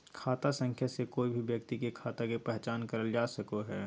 खाता संख्या से कोय भी व्यक्ति के खाता के पहचान करल जा सको हय